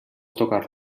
tocar